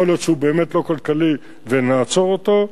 יכול להיות שהוא באמת לא כלכלי ונעצור אותו.